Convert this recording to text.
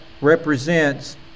represents